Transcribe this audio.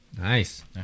Nice